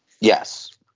Yes